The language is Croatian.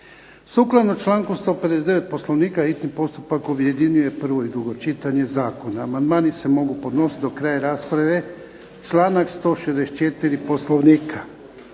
Sukladno članku 159. Poslovnika hitni postupak objedinjuje prvo i drugo čitanje zakona. Amandmani se mogu podnositi do kraja rasprave članak 164. Poslovnika.